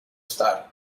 starr